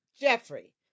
Jeffrey